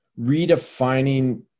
redefining